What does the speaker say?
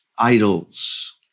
Idols